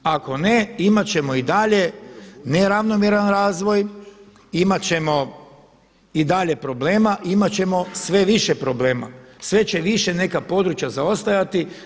Ako ne, imati ćemo i dalje neravnomjeran razvoj, imati ćemo i dalje problema, imati ćemo sve više problema, sve će više neka područja zaostajati.